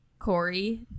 Corey